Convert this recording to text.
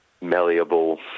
malleable